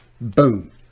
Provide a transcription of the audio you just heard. boom